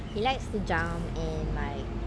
he likes to jump and like